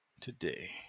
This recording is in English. today